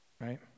right